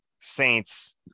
Saints